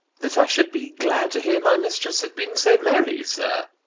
that i should be glad to hear my mistress had been so merry, sir.